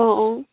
অঁ অঁ